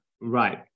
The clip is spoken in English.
Right